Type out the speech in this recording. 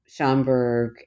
Schomburg